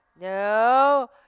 No